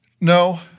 No